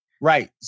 Right